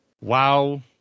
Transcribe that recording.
wow